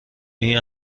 این